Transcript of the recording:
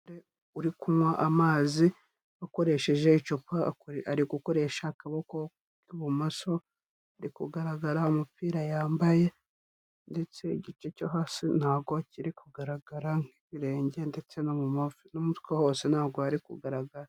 Uri kunywa amazi, akoresheje icupa, ari gukoresha akaboko k'ibumoso, hari kugaragara umupira yambaye, ndetse igice cyo hasi ntago kiri kugaragara, nk'ibirenge ndetse no mumavi, n'umutwe hose, ntabwo hari kugaragara.